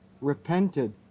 repented